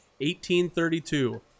1832